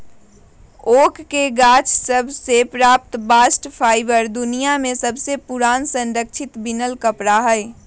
oak के गाछ सभ से प्राप्त बास्ट फाइबर दुनिया में सबसे पुरान संरक्षित बिनल कपड़ा हइ